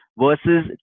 versus